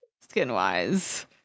skin-wise